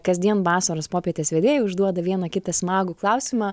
kasdien vasaros popietės vedėjai užduoda vieną kitą smagų klausimą